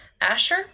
Asher